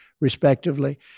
respectively